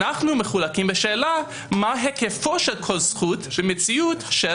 אנחנו מחולקים בשאלה מה היקפה של כל זכות במציאות של